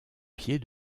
pied